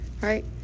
Right